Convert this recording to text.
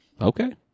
Okay